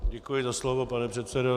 Děkuji za slovo, pane předsedo.